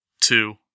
Two